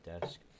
desk